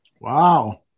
Wow